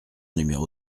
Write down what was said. numéro